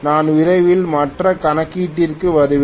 நான் விரைவில் மற்ற கணக்கீட்டிற்கு வருவேன்